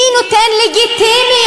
מי נותן לגיטימיות,